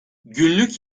günlük